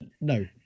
No